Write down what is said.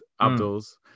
Abdul's